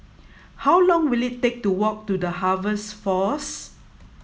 how long will it take to walk to the Harvest Force